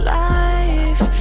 life